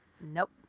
Nope